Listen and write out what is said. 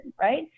right